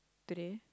today